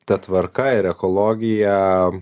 ta tvarka ir ekologija